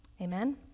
Amen